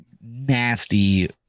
Nasty